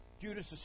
Judas